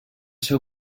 ser